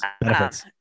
benefits